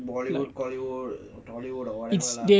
bollywood collywood hollywood or whatever lah